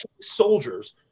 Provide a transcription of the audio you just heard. soldiers